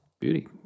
Beauty